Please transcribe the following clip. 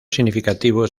significativos